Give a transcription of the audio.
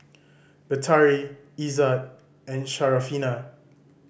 Batari Izzat and Syarafina